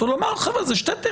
ככל שאתה יוצר אסדרה נפרדת,